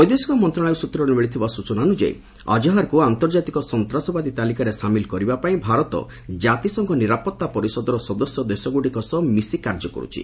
ବୈଦେଶିକ ମନ୍ତ୍ରଣାଳୟ ସ୍ୱତ୍ରରୁ ମିଳିଥିବା ସ୍କୃଚନା ଅନୁଯାୟୀ ଅଜ୍ହର୍କୁ ଆନ୍ତର୍ଜତିକ ସନ୍ତାସବାଦୀ ତାଲିକାରେ ସାମିଲ୍ କରିବାପାଇଁ ଭାରତ କାତିସଂଘ ନିରାପତ୍ତା ପରିଷଦର ସଦସ୍ୟ ଦେଶଗୁଡ଼ିକ ସହ ମିଶି କାର୍ଯ୍ୟ କରୁଛି